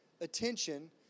attention